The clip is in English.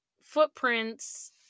footprints